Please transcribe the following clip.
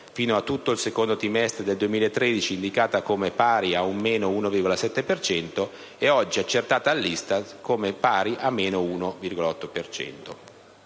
(fino a tutto il secondo trimestre del 2013 indicata come pari a meno 1,7 per cento, ed oggi accertata dall'ISTAT come pari a meno 1,8